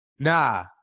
Nah